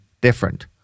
different